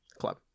club